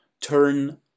turn